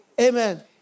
Amen